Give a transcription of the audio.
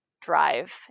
drive